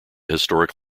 historic